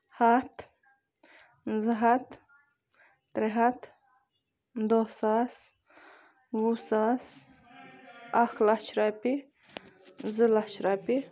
ہَتھ زٕ ہَتھ ترے ہَتھ دہ ساس وُہ ساس اکھ لَچھ رۄپیہِ زٕ لَچھ رۄپیہِ